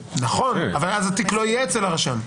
נכון, אבל אז התיק לא יהיה אצל הרשם.